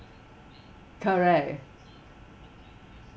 correct